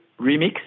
remix